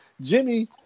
Jimmy